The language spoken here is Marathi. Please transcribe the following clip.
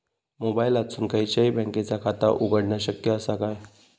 मोबाईलातसून खयच्याई बँकेचा खाता उघडणा शक्य असा काय?